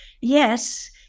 yes